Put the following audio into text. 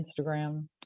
Instagram